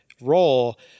role